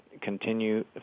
Continue